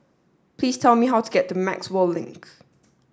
please tell me how to get to Maxwell Link